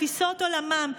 תפיסות עולמן,